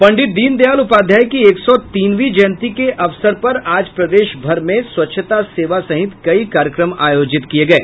पंडित दीनदयाल उपाध्याय की एक सौ तीनवीं जयंती के अवसर आज प्रदेश भर में स्वच्छता सेवा सहित कई कार्यक्रम आयोजित किये गये